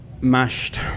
Mashed